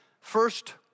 First